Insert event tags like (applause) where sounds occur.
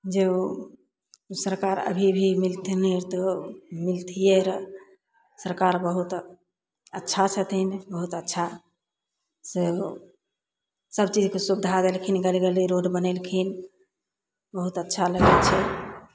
जे ओ सरकार अभी भी (unintelligible) सरकार बहुत अच्छा छथिन बहुत अच्छासँ सब चीजके सुविधा देलखिन गली गली रोड बनेलखिन बहुत अच्छा लगय छै